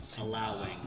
allowing